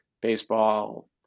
baseball